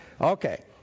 okay